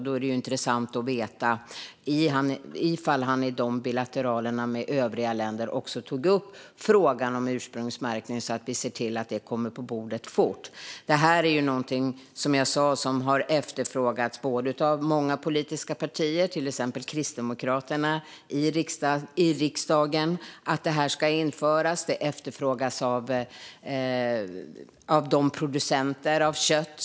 Det vore intressant att få veta ifall han i de bilateralerna med övriga länder också tog upp frågan om ursprungsmärkning så att vi ser till att det kommer på bordet fort. Att detta ska införas är, som jag sa, något som har efterfrågats av många politiska partier i riksdagen, till exempel Kristdemokraterna. Det har efterfrågats av producenter av kött.